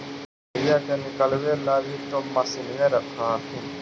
मकईया के निकलबे ला भी तो मसिनबे रख हखिन?